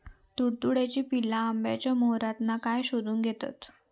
तुडतुड्याची पिल्ला आंब्याच्या मोहरातना काय शोशून घेतत?